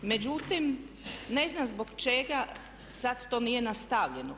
Međutim, ne znam zbog čega sad to nije nastavljeno.